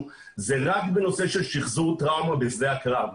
זה רק בנושא של שחזור טראומה בשדה הקרב,